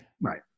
Right